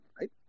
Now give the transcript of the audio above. right